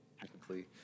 technically